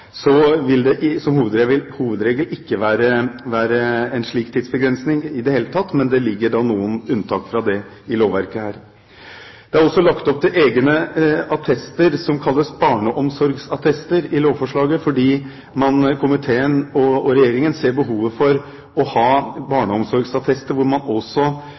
vil det som hovedregel ikke være en slik tidsbegrensning i det hele tatt, men det ligger noen unntak fra det i dette lovverket. Det er også lagt opp til egne attester som kalles barneomsorgsattester i lovforslaget, fordi komiteen og Regjeringen ser behovet for å ha barneomsorgsattester hvor man også